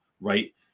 right